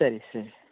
ಸರಿ ಸರ್